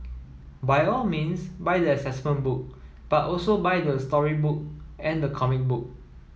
by all means buy the assessment book but also buy the storybook and the comic book